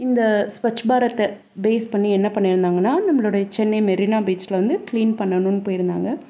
இந்த ஸ்வச் பாரத்தை பேஸ் பண்ணி என்ன பண்ணியிருந்தாங்கன்னா நம்மளுடைய சென்னை மெரினா பீச்சில் வந்து க்ளீன் பண்ணணும்ன்னு போய்ருந்தாங்க